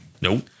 Nope